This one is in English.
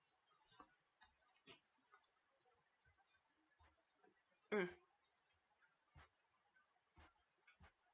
mm